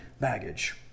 baggage